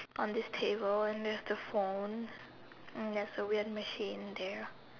on this table and there's a phone and there's a weird machine there